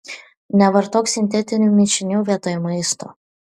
nevartok sintetinių mišinių vietoj maisto